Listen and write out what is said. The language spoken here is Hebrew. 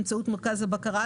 באמצעות מרכז הבקרה,